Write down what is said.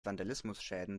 vandalismusschäden